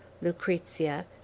lucrezia